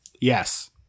Yes